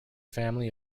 family